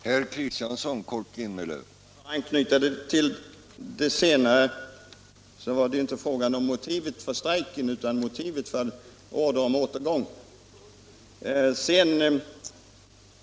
Herr talman! Om jag får anknyta till det senare, så var det ju inte frågan om motivet för strejken, utan det var ordern om återgång.